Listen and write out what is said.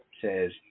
says